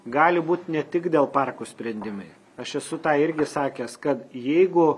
gali būt ne tik dėl parkų sprendimai aš esu tą irgi sakęs kad jeigu